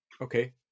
Okay